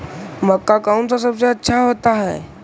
मक्का कौन सा सबसे अच्छा होता है?